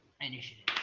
initiative